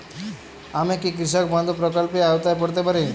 আমি কি কৃষক বন্ধু প্রকল্পের আওতায় পড়তে পারি?